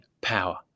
power